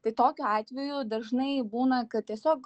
tai tokiu atveju dažnai būna kad tiesiog